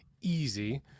easy